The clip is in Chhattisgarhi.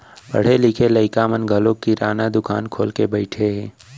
पढ़े लिखे लइका मन घलौ किराना दुकान खोल के बइठे हें